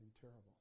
terrible